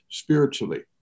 spiritually